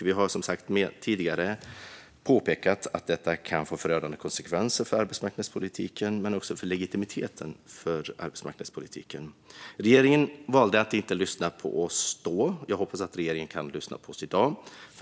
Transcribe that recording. Vi har som sagt tidigare påpekat att detta kan få förödande konsekvenser för arbetsmarknadspolitiken men också för legitimiteten för den politiken. Regeringen valde att inte lyssna på oss då. Jag hoppas att regeringen kan lyssna på oss i dag.